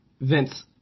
Vince